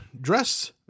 dress